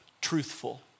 truthful